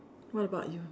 what about you